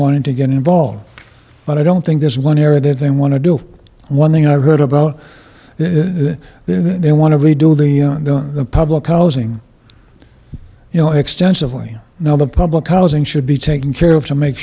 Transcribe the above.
wanted to get involved but i don't think there's one area that they want to do one thing i've heard about the there they want to redo the public housing you know extensively now the public housing should be taken care of to make